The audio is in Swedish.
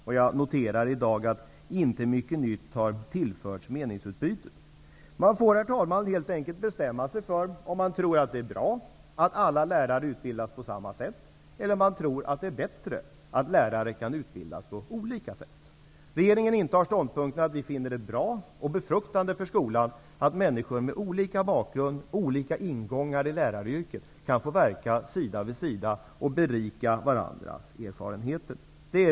Jag noterar i dag att inte mycket nytt har tillförts meningsutbytet. Man får helt enkelt bestämma sig för om man tror att det är bra att alla lärare utbildas på samma sätt eller om man tror att det är bättre att lärare kan utbildas på olika sätt. Vi i regeringen intar ståndpunkten att vi finner det bra och befruktande för skolan att människor med olika bakgrund och olika ingångar i läraryrket kan få verka sida vid sida och berika varandra med olika erfarenheter.